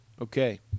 Okay